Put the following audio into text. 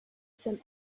some